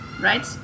right